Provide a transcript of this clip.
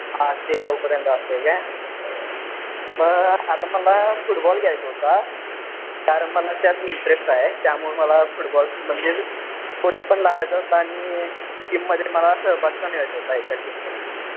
आठ ते नऊपर्यंत असतं आहे का मग आता मला फुटबॉल घ्यायचा होता कारण मला त्यात इंटरेस्ट आहे त्यामुळे मला फुटबॉलमध्ये कोच पण लावायचा होता आणि टीममध्ये मला सहभाग पण घ्यायचा होता एका टीममध्ये पण